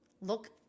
look